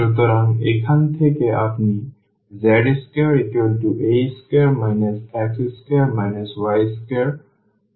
সুতরাং এখান থেকে আপনি z2 a2 x2 y2 গণনা করতে পারেন